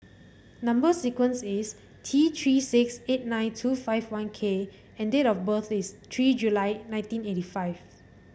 number sequence is T Three six eight nine two five one K and date of birth is three July nineteen eighty five